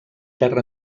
terra